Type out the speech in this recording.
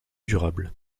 durable